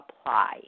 apply